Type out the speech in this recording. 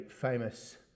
famous